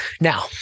now